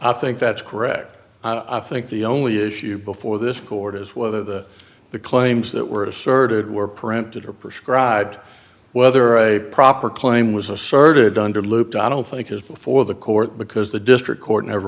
i think that's correct i think the only issue before this court is whether the claims that were asserted were printed or prescribed whether a proper claim was asserted under loopt i don't think is before the court because the district